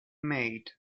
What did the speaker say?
made